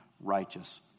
righteous